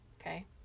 okay